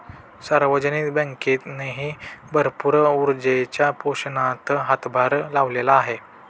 सार्वजनिक बँकेनेही भरपूर ऊर्जेच्या पोषणात हातभार लावलेला आहे